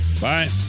Bye